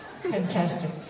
Fantastic